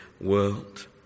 world